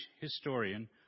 historian